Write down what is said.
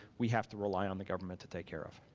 we have to rely on the government to take care of.